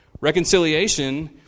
Reconciliation